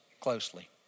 closely